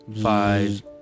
Five